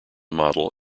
model